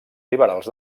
liberals